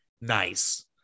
nice